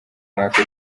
umwaka